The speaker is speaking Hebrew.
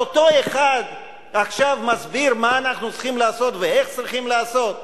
אז אותו אחד עכשיו מסביר מה אנחנו צריכים לעשות ואיך צריכים לעשות?